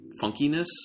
funkiness